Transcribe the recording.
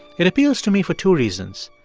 it appeals to me for two reasons.